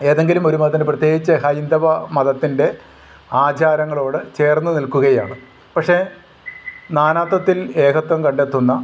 ഏതെങ്കിലും ഒരു മതത്തിന് പ്രത്യേകിച്ച് ഹൈന്ദവ മതത്തിൻ്റെ ആചാരങ്ങളോട് ചേർന്ന് നിൽക്കുകയാണ് പക്ഷെ നാനാത്വത്തിൽ ഏകത്വം കണ്ടെത്തുന്ന